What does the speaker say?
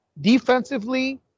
defensively